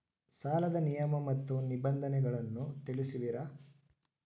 ಸಾಲದ ನಿಯಮ ಮತ್ತು ನಿಬಂಧನೆಗಳನ್ನು ತಿಳಿಸುವಿರಾ?